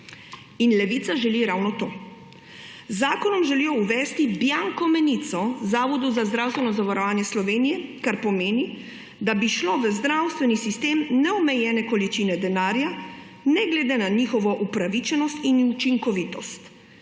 In Levica želi ravno to. Z zakonom želi uvesti bianko menico Zavodu za zdravstveno zavarovanje Slovenije, kar pomeni, da bi šle v zdravstveni sistem neomejene količine denarja ne glede na njihovo upravičenost in učinkovitost;